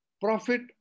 profit